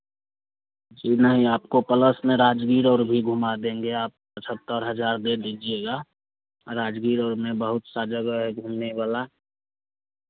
जी नहीं आपको प्लस में राजगीर और भी घुमा देंगे आप पचहत्तर हज़ार दे दीजिएगा राजगीर और में बहुत सा जगह है घूमने वाला